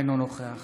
אינו נוכח